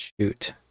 Shoot